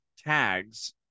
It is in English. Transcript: tags